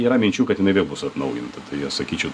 yra minčių kad jinai vėl bus atnaujinta tai aš sakyčiau